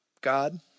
God